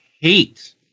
hate